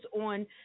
on